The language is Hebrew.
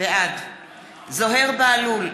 בעד זוהיר בהלול,